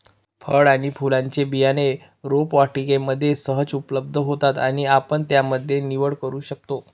फळ आणि फुलांचे बियाणं रोपवाटिकेमध्ये सहज उपलब्ध होतात आणि आपण त्यामध्ये निवड करू शकतो